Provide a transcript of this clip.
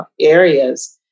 areas